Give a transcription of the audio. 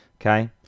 okay